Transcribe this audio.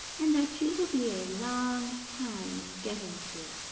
and that you will be a long time in getting to it,